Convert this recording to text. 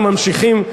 אנחנו ממשיכים.